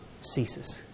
ceases